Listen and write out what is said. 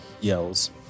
yells